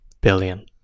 billion